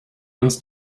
uns